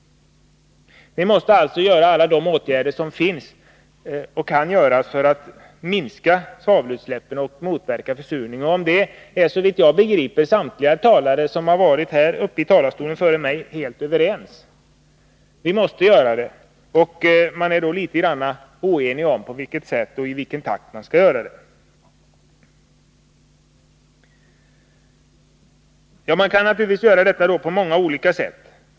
Vi måste alltså vidta alla de åtgärder som kan vidtas för att minska svavelutsläppen och motverka försurningen. Om det är, såvitt jag begriper, samtliga talare i denna debatt före mig helt överens. Vi måste vidta åtgärder, men man är litet oenig om på vilket sätt och i vilken takt det skall ske. Det är naturligtvis olika åtgärder som kan vidtas.